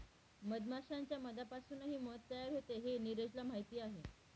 मधमाश्यांच्या मधापासूनही मध तयार होते हे नीरजला माहीत आहे